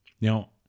now